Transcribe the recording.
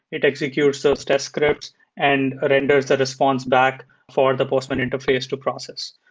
it executes those test scripts and ah renders the response back for the postman interface to process.